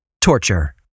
Torture